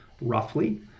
roughly